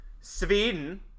Sweden